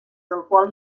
alcohols